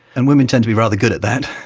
and women tend to be rather good at that.